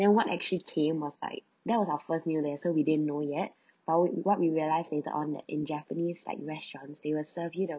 then what actually came was like that was our first meal there so we didn't know yet but we what we realize later on that in japanese like restaurants they will serve you know